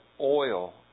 oil